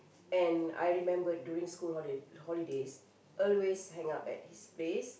and I remember during school holi~ holidays always hang out at his place